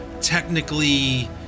technically